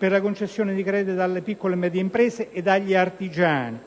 ai crediti alle piccole e medie imprese ed agli artigiani.